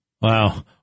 Wow